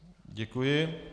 Děkuji.